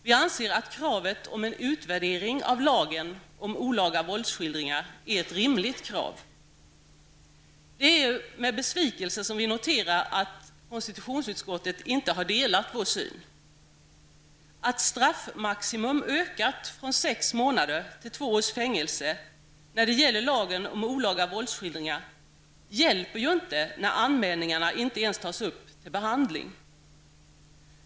Vi anser att kravet om en utvärdering av lagen om olaga våldsskildringar är ett rimligt krav. Det är med besvikelse som vi noterar att konstitutionsutskottet inte har delat vår syn. Att straffmaximum ökat från sex månaders till två års fängelse när det gäller lagen om olaga våldsskildringar hjälper ju inte när anmälningar inte ens tas upp till behandling.